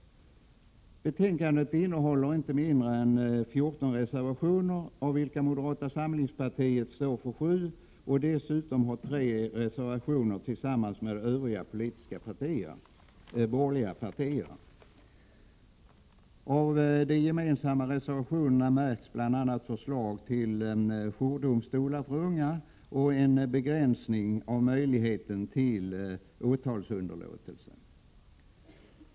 Betänkandet innehåller inte mindre än fjorton reservationer av vilka moderata samlingspartiet står för sju, och vi har dessutom tre reservationer tillsammans med övriga borgerliga partier. I de gemensamma reservationerna finns bl.a. förslag om jourdomstolar för unga och förslag om en begränsning av möjligheten till åtalsunderlåtelse.